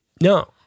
No